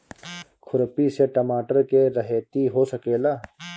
खुरपी से टमाटर के रहेती हो सकेला?